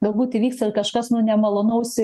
galbūt įvyksta kažkas nu nemalonaus